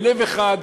בלב אחד,